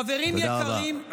חברים יקרים,